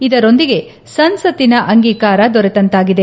ಇದರೊಂದಿಗೆ ಸಂಸತ್ತಿನ ಅಂಗೀಕಾರ ದೊರೆತಂತಾಗಿದೆ